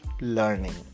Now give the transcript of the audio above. learning